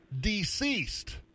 deceased